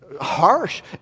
harsh